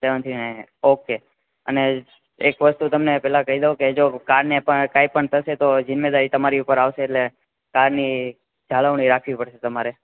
સેવન three nine eight okay અને એક વસ્તુ તમને પહેલા કહી દઉં કે જો કાર્ડ ને પણ કઈ પણ થશે તો જિમ્મેદારી તમારી ઉપર આવશે એટલે કારની જાળવણી રાખવી પડશે તમારે